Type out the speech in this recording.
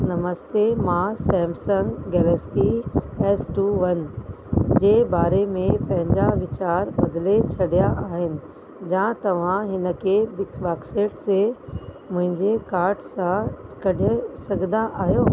नमस्ते मां Samsung Galaxy S two one जे बारे में पंहिंजा वीचार बदले छॾिया आहिनि जा तव्हां हिन खे बिगबास्केट ते मुंहिंजे कार्ट सां कढे सघंदा आहियो